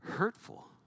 hurtful